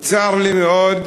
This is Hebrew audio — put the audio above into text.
וצר לי מאוד,